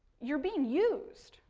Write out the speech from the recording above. you're being used.